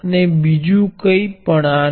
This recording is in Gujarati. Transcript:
તેથી તે શ્રેણીના સંયોજનનું અસરકારક પ્રતિકાર છે